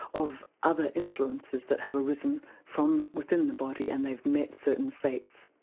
of other influences that have arisen from within the body and they've met certain fates,